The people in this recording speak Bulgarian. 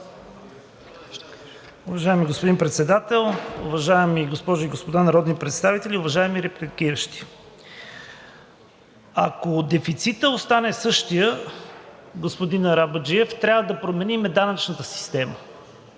Уважаеми господин Председател, уважаеми госпожи и господа народни представители, уважаеми репликиращи! Ако дефицитът остане същият, господин Арабаджиев, трябва да променим данъчната система.